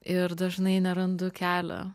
ir dažnai nerandu kelio